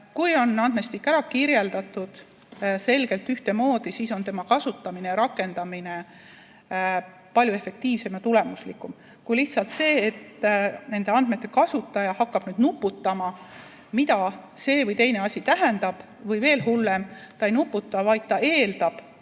Kui on andmestik selgelt ühtemoodi ära kirjeldatud, siis on selle kasutamine ja rakendamine palju efektiivsem ja tulemuslikum kui lihtsalt see, et nende andmete kasutaja hakkab nuputama, mida see või teine asi tähendab, või veel hullem, kui ta ei nuputa, vaid eeldab,